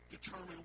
determine